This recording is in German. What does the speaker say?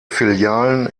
filialen